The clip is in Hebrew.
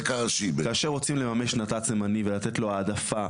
כאשר רוצים לממש נת"צ ימני ולתת לו העדפה